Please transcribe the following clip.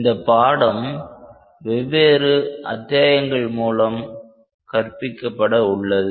இந்தப் பாடம் வெவ்வேறு அத்தியாயங்கள் மூலம் கற்பிக்கப்பட உள்ளது